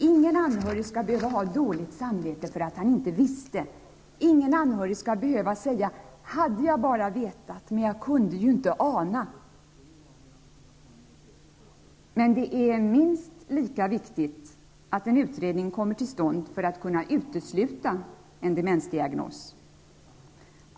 Ingen anhörig skall behöva ha dåligt samvete för att han inte visste. Ingen anhörig skall behöva säga ''hade jag bara vetat, men jag kunde ju inte ana''. Men det är minst lika viktigt att en utredning kommer till stånd för att kunna utesluta en demensdiagnos.